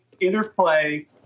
Interplay